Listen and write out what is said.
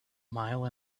mile